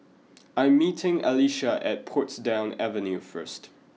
I am meeting Alisha at Portsdown Avenue first